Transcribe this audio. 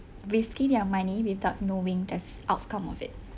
risking your money without knowing there's outcome of it